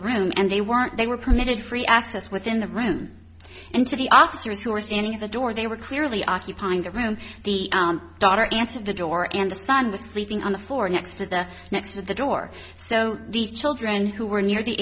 room and they weren't they were permitted free access within the room and to the officers who were standing at the door they were clearly occupying the room the daughter answered the door and the son was sleeping on the floor next to the next to the door so the children who were near the